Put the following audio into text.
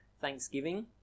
Thanksgiving